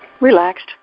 relaxed